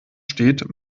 steht